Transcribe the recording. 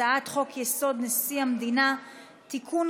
הצעת חוק-יסוד: נשיא המדינה (תיקון,